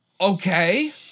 okay